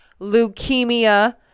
leukemia